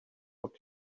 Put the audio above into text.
what